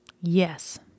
Yes